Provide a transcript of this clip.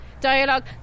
dialogue